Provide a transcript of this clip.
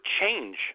change